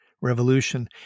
revolution